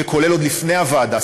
ועוד לפני הוועדה,